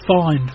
find